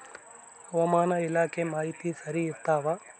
ಹವಾಮಾನ ಇಲಾಖೆ ಮಾಹಿತಿ ಸರಿ ಇರ್ತವ?